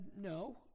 no